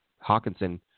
Hawkinson